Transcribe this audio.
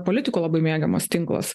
politikų labai mėgiamas tinklas